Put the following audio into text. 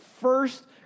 first